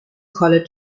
college